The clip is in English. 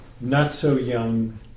not-so-young